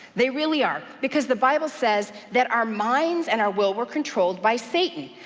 they really are, because the bible says that our minds and our will, we're controlled by satan.